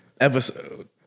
episode